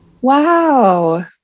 Wow